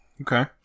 Okay